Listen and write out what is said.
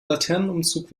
laternenumzug